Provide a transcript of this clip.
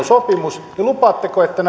sopimus niin lupaatte että